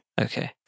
okay